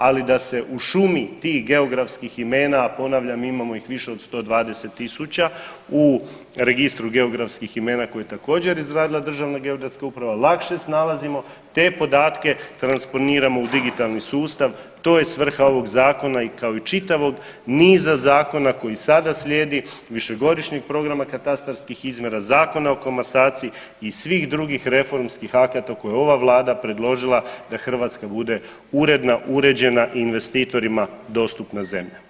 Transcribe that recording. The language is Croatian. Ali da se u šumi tih geografskih imena, a ponavljam imamo ih više od 120.000 u Registru geografskih imena koji je također izradila Državna geodetska uprava lakše snalazimo te podatke transponiramo u digitalni sustav, to je svrha ovog zakona i kao i čitavog niza zakona koji sada slijedi, višegodišnjeg programa katastarskih izmjera, Zakona o komasaciji i svih drugih reformskih akata koje je ova vlada predložila da Hrvatska bude uredna, uređena, investitorima dostupna zemlja.